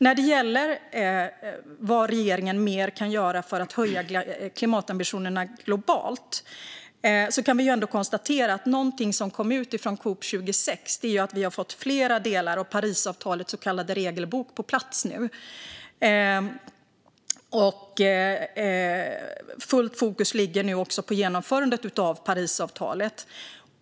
När det gäller vad regeringen mer kan göra för att höja klimatambitionerna globalt kan vi ändå konstatera att någonting som kom ut av COP 26 var att vi nu har fått flera delar av Parisavtalets så kallade regelbok på plats. Fullt fokus ligger nu också på genomförandet av Parisavtalet.